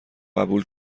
قبول